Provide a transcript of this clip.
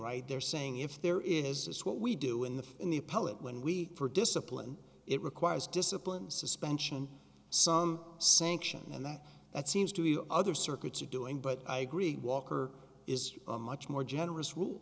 right there saying if there is what we do in the in the appellate when we are disciplined it requires discipline suspension some sanction and that that seems to be other circuits are doing but i agree walker is a much more generous r